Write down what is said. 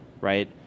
right